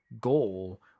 goal